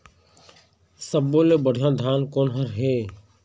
सब्बो ले बढ़िया धान कोन हर हे?